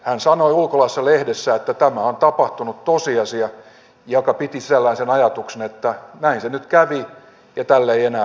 hän sanoi ulkolaisessa lehdessä että tämä on tapahtunut tosiasia mikä piti sisällään sen ajatuksen että näin se nyt kävi ja tälle ei enää voi mitään